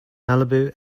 malibu